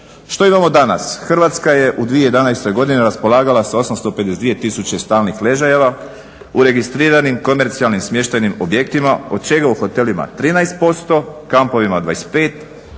Što imamo danas? Hrvatska je u 2011.godini raspolagala sa 852 tisuće stalnih ležajeva u registriranim komercijalnim smještajnim objektima od čega u hotelima 13%, kampovima 25,